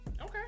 Okay